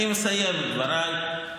אני מסיים את דבריי,